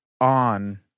on